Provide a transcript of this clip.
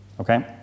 Okay